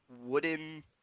wooden